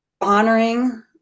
honoring